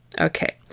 Okay